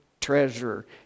Treasurer